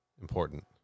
Important